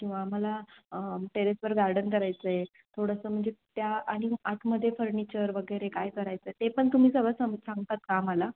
किंवा आम्हाला टेरेसवर गार्डन करायचं आहे थोडंसं म्हणजे त्या आणि आतमध्ये फर्निचर वगैरे काय करायचं ते पण तुम्ही सगळं सम सांगतात का आम्हाला